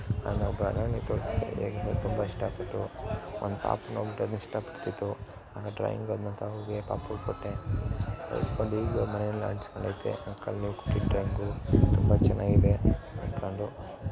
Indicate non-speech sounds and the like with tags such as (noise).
ನಾನೊಬ್ಬ ಅರಣ್ಯ (unintelligible) ತುಂಬ ಇಷ್ಟಪಟ್ಟರು ಒಂದು ಪಾಪು ನೋಡ್ಬಿಟ್ಟು ಅದ್ನ ಇಷ್ಟಪಡ್ತಿತ್ತು ಆಗ ಡ್ರಾಯಿಂಗ್ ಅದನ್ನ ತಗೊ ಹೋಗಿ ಪಾಪುಗೆ ಕೊಟ್ಟೆ (unintelligible) ಮನೆ ಎಲ್ಲ ಅಂಟ್ಸ್ಕೊಂಡೈತೆ ಅಂಕಲ್ಲು ಕೊಟ್ಟಿದ್ದ ಡ್ರಾಯಿಂಗು ತುಂಬ ಚೆನ್ನಾಗಿದೆ ಅಂದ್ಕೊಂಡು